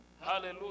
Hallelujah